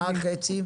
מה החצי?